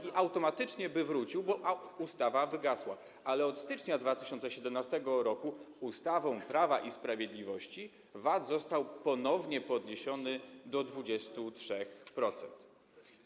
i automatycznie by wrócił, bo ustawa wygasła, ale od stycznia 2017 r. ustawą Prawa i Sprawiedliwości VAT został ponownie podniesiony do 23%.